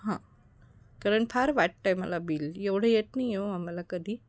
हां कारण फार वाटतं आहे मला बिल एवढं येत नाही ओ आम्हाला कधी